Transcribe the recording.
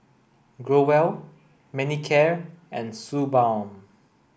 Growell Manicare and Suu Balm